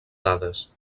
dades